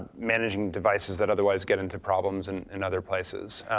managing devices that otherwise get into problems and in other places.